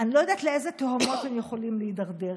אני לא יודעת לאיזה תהומות הם יכולים להידרדר.